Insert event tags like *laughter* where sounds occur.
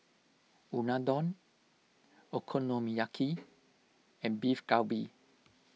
Unadon Okonomiyaki *noise* and Beef Galbi